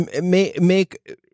make